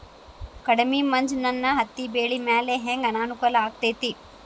ಕಡಮಿ ಮಂಜ್ ನನ್ ಹತ್ತಿಬೆಳಿ ಮ್ಯಾಲೆ ಹೆಂಗ್ ಅನಾನುಕೂಲ ಆಗ್ತೆತಿ?